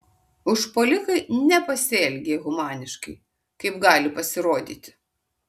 užpuolikai nepasielgė humaniškai kaip gali pasirodyti